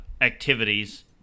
activities